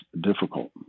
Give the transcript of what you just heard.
difficult